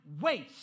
waste